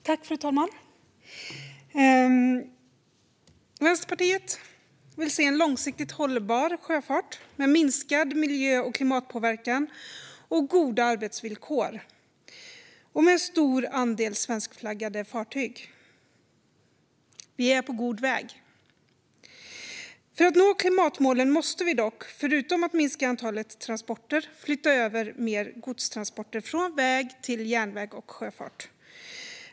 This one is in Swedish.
Fru talman! Vänsterpartiet vill se en långsiktigt hållbar sjöfart med minskad miljö och klimatpåverkan, med goda arbetsvillkor och med en stor andel svenskflaggade fartyg. Vi är på god väg. För att nå klimatmålen måste vi dock, förutom att minska antalet transporter, flytta över mer godstransporter från väg till järnväg och sjöfart.